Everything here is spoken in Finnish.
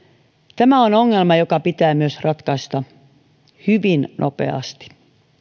tämä on ongelma joka pitää myös ratkaista hyvin nopeasti